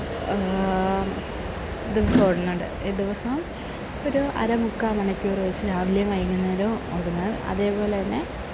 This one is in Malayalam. ദിവസവും ഓടുന്നുണ്ട് ദിവസവും ഒരു അരമുക്കാൽ മണിക്കൂർ വെച്ച് രാവിലേയും വൈകുന്നേരവും ഓടുന്നത് അതേപോലെത്തന്നെ